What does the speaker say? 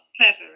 clever